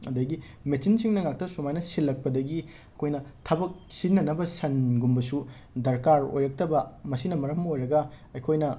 ꯑꯗꯒꯤ ꯃꯦꯆꯤꯟꯁꯤꯡꯅ ꯉꯥꯛꯇ ꯁꯨꯃꯥꯏꯅ ꯁꯤꯜꯂꯛꯄꯗꯒꯤ ꯑꯩꯈꯣꯏꯅ ꯊꯕꯛ ꯁꯤꯖꯤꯟꯅꯅꯕ ꯁꯟꯒꯨꯝꯕꯁꯨ ꯗꯔꯀꯥꯔ ꯑꯣꯏꯔꯛꯇꯕ ꯃꯁꯤꯅ ꯃꯔꯝ ꯑꯣꯏꯔꯒ ꯑꯩꯈꯣꯏꯅ